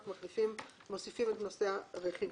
רק מוסיפים את נושא הרכיבים.